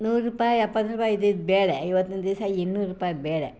ನೂರು ರೂಪಾಯಿ ಎಪ್ಪತ್ತು ರೂಪಾಯಿ ಇದ್ದಿದ್ದು ಬೇಳೆ ಇವತ್ತಿನ ದಿವಸ ಇನ್ನೂರು ರೂಪಾಯಿ ಬೇಳೆ